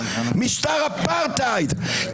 משטר אפרטהייד,